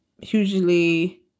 hugely